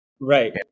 Right